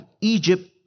Egypt